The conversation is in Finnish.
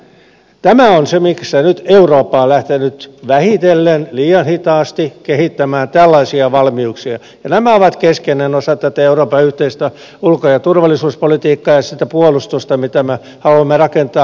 tämä on se missä nyt eurooppa on lähtenyt vähitellen liian hitaasti kehittämään tällaisia valmiuksia ja nämä ovat keskenään osa tätä euroopan yhteistä ulko ja turvallisuuspolitiikkaa ja sitä puolustusta mitä me haluamme rakentaa